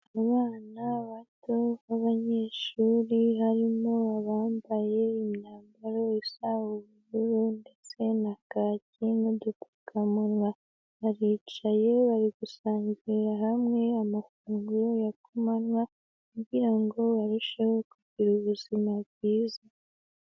Abana bato b'abanyeshuri barimo abambaye imyambaro isa ubururu ndetse na kaki n'udupfukamunwa, baricaye, bari gusangirira hamwe amafunguro ya kumanywa kugira ngo barusheho kugira ubuzima bwiza.